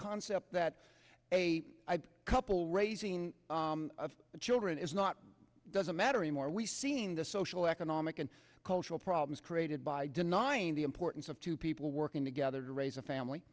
concept that a couple raising of the children is not doesn't matter any more are we seeing the social economic and cultural problems created by denying the importance of two people working together to raise a family